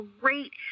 great